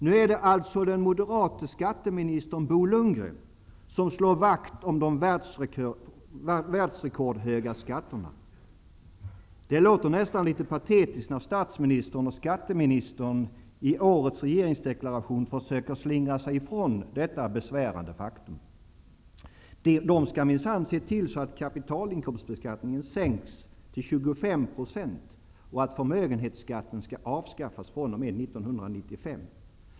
Nu är det alltså den moderate skatteministern Bo Lundgren som slår vakt om ''de världsrekordhöga skatterna''. Det låter nästan litet patetiskt när statsministern och skatteministern i årets regeringsdeklaration försöker slingra sig från detta besvärande faktum. De skall minsann se till så att kapitalinkomstbeskattningen sänks till 25 % och förmögenhetsskatten avskaffas fr.o.m. 1995.